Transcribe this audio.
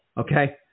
okay